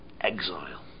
exile